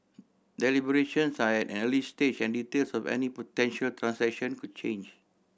deliberations are at an early stage and details of any potential transaction could change